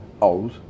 old